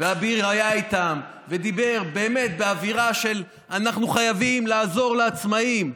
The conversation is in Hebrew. ואביר היה איתם ודיבר באמת באווירה של "אנחנו חייבים לעזור לעצמאים".